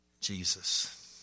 Jesus